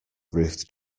ruth